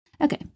Okay